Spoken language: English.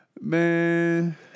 Man